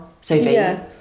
Sophie